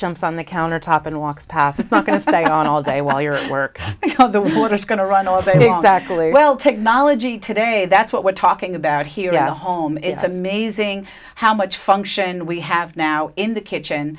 jumps on the countertop and walks past it's not going to stay on all day while you're at work the water's going to run off saying exactly well technology today that's what we're talking about here at home it's amazing how much function we have now in the kitchen